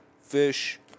Fish